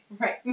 Right